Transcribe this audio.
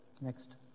Next